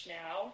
now